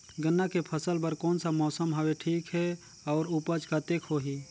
गन्ना के फसल बर कोन सा मौसम हवे ठीक हे अउर ऊपज कतेक होही?